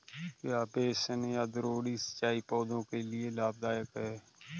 क्या बेसिन या द्रोणी सिंचाई पौधों के लिए लाभदायक है?